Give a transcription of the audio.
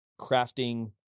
crafting